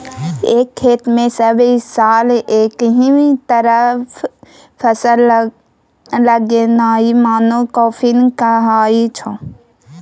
एक खेत मे सब साल एकहि तरहक फसल लगेनाइ मोनो क्राँपिंग कहाइ छै